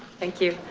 thank you,